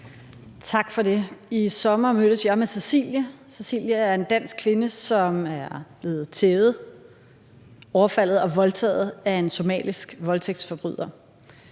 Tak for det. I sommer mødtes jeg med Cecilie, som er en dansk kvinde, som er blevet tævet, overfaldet og voldtaget af en somalisk voldtægtsforbryder.